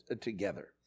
together